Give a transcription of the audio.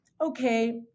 okay